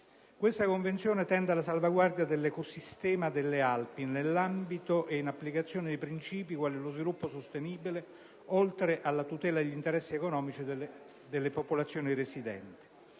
Detta Convenzione tende alla salvaguardia dell'ecosistema delle Alpi nell'ambito e in applicazione di princìpi, come lo sviluppo sostenibile, oltre che alla tutela degli interessi economici delle popolazioni residenti.